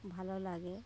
ভালো লাগে